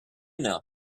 know